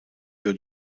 your